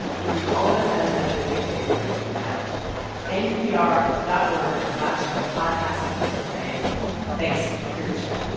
you'll do all of us at embedded a big favor by filling it out npr dot org slash podcastsurvey. thanks. here's the show